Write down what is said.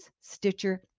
Stitcher